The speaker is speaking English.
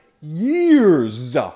years